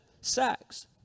sex